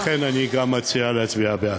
לכן אני גם מציע להצביע בעד.